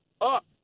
up